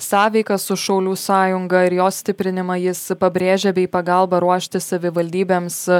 sąveika su šaulių sąjunga ir jos stiprinimą jis pabrėžia bei pagalbą ruošti savivaldybėms